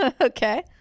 Okay